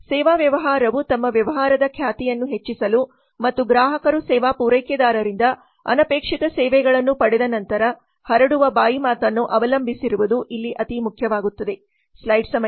ಸೇವಾ ವ್ಯವಹಾರವು ತಮ್ಮ ವ್ಯವಹಾರದ ಖ್ಯಾತಿಯನ್ನು ಹೆಚ್ಚಿಸಲು ಮತ್ತು ಗ್ರಾಹಕರು ಸೇವಾ ಪೂರೈಕೆದಾರರಿಂದ ಅನಪೇಕ್ಷಿತ ಸೇವೆಗಳನ್ನು ಪಡೆದ ನಂತರ ಹರಡುವ ಬಾಯಿ ಮಾತನ್ನು ಅವಲಂಬಿಸಿರುವುದು ಇಲ್ಲಿ ಅತೀ ಮುಖ್ಯವಾಗುತ್ತದೆ